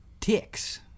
ticks